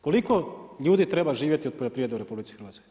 Koliko ljudi treba živjeti od poljoprivrede u RH?